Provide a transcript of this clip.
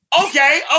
Okay